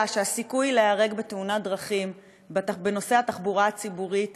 עלה שהסיכוי להיהרג בתאונת דרכים לנוסעי התחבורה הציבורית